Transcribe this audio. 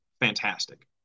fantastic